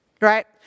right